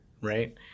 right